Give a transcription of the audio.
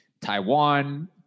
Taiwan